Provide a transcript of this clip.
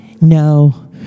No